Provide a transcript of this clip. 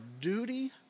duty